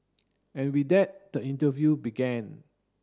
and with that the interview began